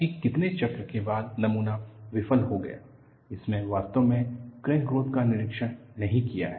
कि कितने चक्र के बाद नमूना विफल हो गया इसमें वास्तव में क्रैक ग्रोथ का निरीक्षण नहीं किया है